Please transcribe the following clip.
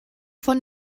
von